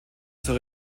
zur